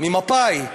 ממפא"י,